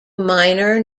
minor